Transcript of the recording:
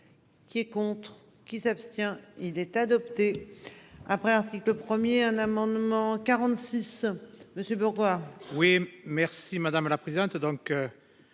Qui est contre qui s'abstient. Il est adopté après un article 1er un amendement 46 monsieur. Oui merci madame la présidente.